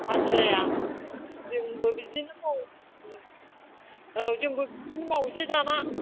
हाजिराया जोंबो बिदिनो मावसिगोन औ जोंबो बिदिनो मावनोसै दाना